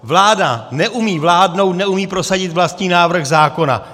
Vláda neumí vládnout, neumí prosadit vlastní návrh zákona.